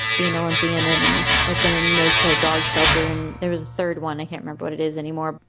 be an olympian and open a no kill dog shelter. and there was a third one. i can't remember what it is anymore.